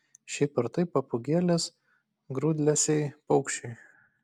šiaip ar taip papūgėlės grūdlesiai paukščiai